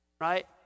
Right